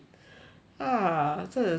ah 真的是